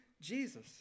Jesus